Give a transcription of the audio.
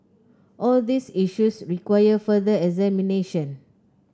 all these issues require further examination